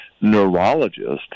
neurologist